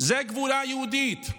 זו גבורה יהודית.